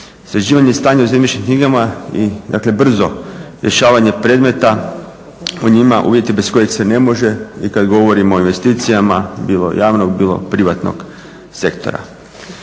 Sređivanje stanja u zemljišnim knjigama i dakle brzo rješavanje predmeta, u njima uvjeti bez kojih se ne može i kada govorimo o investicijama, bilo javnog, bilo privatnog sektora.